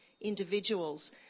individuals